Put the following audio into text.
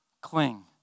Cling